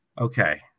Okay